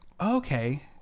okay